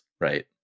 right